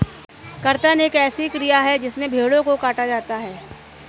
कर्तन एक ऐसी क्रिया है जिसमें भेड़ों को काटा जाता है